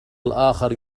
الآخر